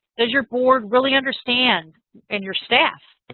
does your board really understand and your staff,